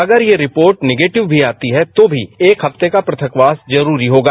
अगर यह report negative भी आती है तो भी एक हफ्ते का प्रथकवास जरूरी होगा